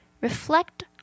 Reflect